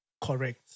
correct